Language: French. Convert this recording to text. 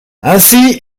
ainsi